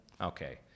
okay